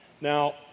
now